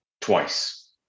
twice